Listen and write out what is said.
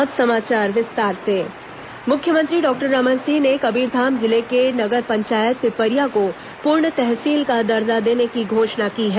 अटल विकास यात्रा मुख्यमंत्री डॉक्टर रमन सिंह ने कबीरधाम जिले के नगर पंचायत पिपरिया को पूर्ण तहसील का दर्जा देने की घोषणा की है